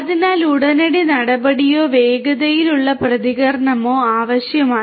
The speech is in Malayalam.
അതിനാൽ ഉടനടി നടപടിയോ വേഗത്തിലുള്ള പ്രതികരണമോ ആവശ്യമാണ്